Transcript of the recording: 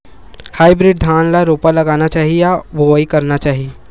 Hybrid धान ल रोपा लगाना चाही या बोआई करना चाही?